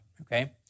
Okay